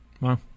Wow